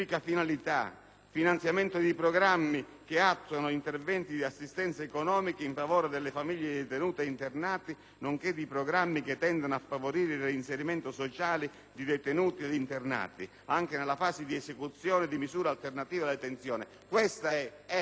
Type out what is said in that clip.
finanziare i programmi che attuano interventi di assistenza economica in favore delle famiglie di detenuti ed internati nonché i programmi che tendono a favorire il reinserimento sociale di detenuti ed internati anche nella fase di esecuzione di misure alternative alla detenzione. Questa è tuttora